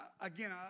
again